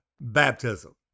baptism